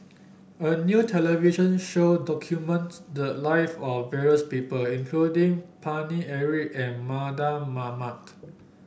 a new television show documents the live of various people including Paine Eric and Mardan Mamat